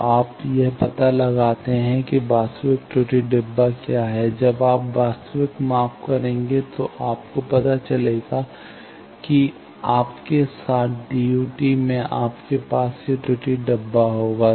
तो आप यह पता लगा सकते हैं कि वास्तविक त्रुटि डब्बा क्या है जब आप वास्तविक माप करेंगे तो आपको पता चलेगा कि आपके साथ DUT में आपके पास यह त्रुटि डब्बा होगा